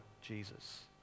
Jesus